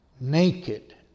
naked